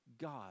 God